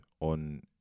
on